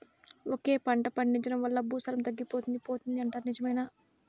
ఒకే పంట పండించడం వల్ల భూసారం తగ్గిపోతుంది పోతుంది అంటారు నిజమేనా